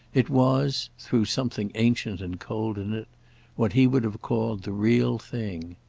it was through something ancient and cold in it what he would have called the real thing.